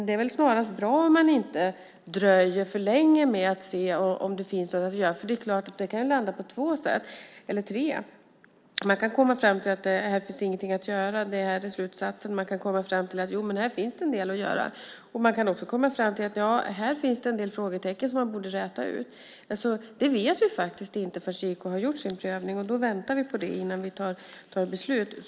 Det är väl snarast bra om man inte dröjer för länge med att se om det finns något att göra. Det kan ju landa på två eller tre sätt. Man kan komma fram till att här finns ingenting att göra. Det kan bli slutsatsen. Man kan också komma fram till att här finns en del att göra. Man kan även komma fram till att här finns en del frågetecken som borde rätas ut. Detta vet vi faktiskt inte förrän JK har gjort sin prövning. Därför väntar vi på det innan vi fattar beslut.